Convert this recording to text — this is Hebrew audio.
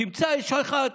תמצא אישה אחת,